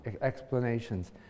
explanations